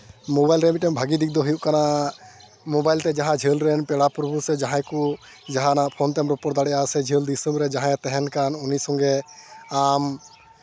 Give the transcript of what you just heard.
mobile ᱨᱮᱭᱟᱜ ᱢᱤᱫᱴᱟᱱ ᱵᱷᱟᱹᱜᱤ ᱫᱤᱠ ᱫᱚ ᱦᱩᱭᱩᱜ ᱠᱟᱱᱟ ᱢᱳᱵᱟᱭᱤᱞ ᱛᱮ ᱡᱟᱦᱟᱸ ᱡᱷᱟᱹᱞ ᱨᱮᱱ ᱯᱮᱲᱟ ᱯᱨᱚᱵᱷᱩ ᱥᱮ ᱡᱟᱦᱟᱸᱭ ᱠᱚ ᱡᱟᱦᱟᱱᱜ ᱯᱷᱳᱱ ᱛᱮᱢ ᱨᱚᱯᱚᱲ ᱫᱟᱲᱮᱭᱟᱜᱼᱟ ᱥᱮ ᱡᱷᱟᱹᱞ ᱫᱤᱥᱚᱢ ᱨᱮ ᱡᱟᱦᱟᱸᱭ ᱮ ᱛᱟᱦᱮᱱ ᱠᱟᱱ ᱩᱱᱤ ᱥᱚᱸᱜᱮ ᱟᱢ